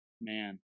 Man